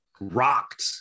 rocked